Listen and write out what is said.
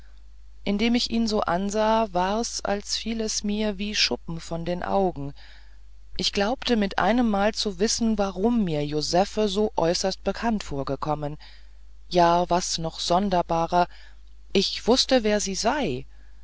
indem ich ihn so ansah war's als fiel es mir wie schuppen von den augen ich glaubte mit einmal zu wissen warum mir josephe so äußerst bekannt vorgekommen ja was noch sonderbarer ich wußte wer sie sei